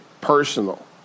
personal